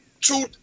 two